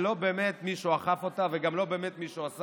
ואף אחד לא באמת אכף אותה ואף אחד גם לא באמת עשה